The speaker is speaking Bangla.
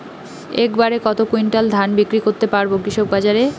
এক বাড়ে কত কুইন্টাল ধান বিক্রি করতে পারবো কৃষক বাজারে?